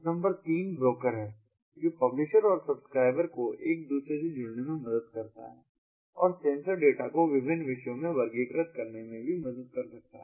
number 3 broker है जो publishers और सब्सक्राइबर्स को एक दूसरे से जुड़ने में मदद करता है और सेंसर डेटा को विभिन्न विषयों में वर्गीकृत करने में भी मदद करता है